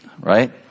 right